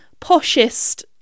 poshest